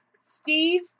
Steve